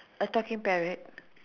a talking parrot